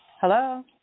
Hello